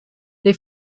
they